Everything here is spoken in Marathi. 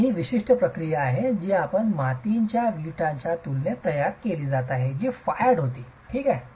तर ही ती विशिष्ट प्रक्रिया आहे जी आपल्या मातीच्या वीटच्या तुलनेत तयार केली जात आहे जी फायर्ड होती ठीक आहे